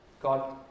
God